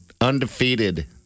Undefeated